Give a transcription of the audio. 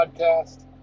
podcast